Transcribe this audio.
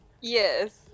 Yes